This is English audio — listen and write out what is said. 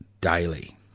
daily